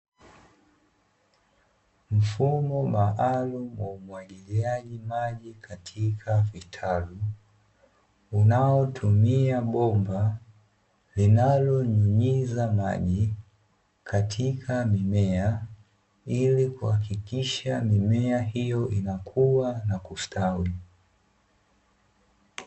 Mfumo maalum wa umwagiliaji maji katika vitalu , unaotumia bomba linalonyunyiza maji katika mimea ili kuhakikisha mimea hiyo inakuwa na kustawi.